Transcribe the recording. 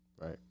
Right